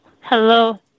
Hello